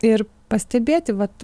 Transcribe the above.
ir pastebėti vat